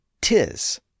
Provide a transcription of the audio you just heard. tis